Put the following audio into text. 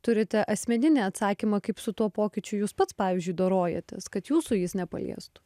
turite asmeninį atsakymą kaip su tuo pokyčiu jūs pats pavyzdžiui dorojatės kad jūsų jis nepaliestų